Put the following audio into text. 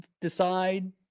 decide